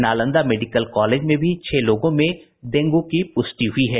Nalanda medical college में भी छह लोगों में डेंगू की पुष्टि हुई है